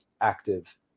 active